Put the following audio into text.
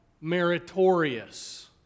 meritorious